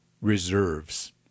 reserves